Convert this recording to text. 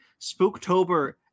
spooktober